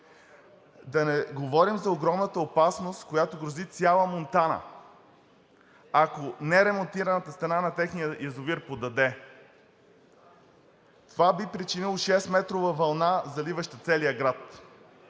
Да не говорим за огромната опасност, която грози цяла Монтана, ако неремонтираната стена на техния язовир поддаде – това би причинило шестметрова вълна, заливаща целия град.